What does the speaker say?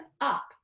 up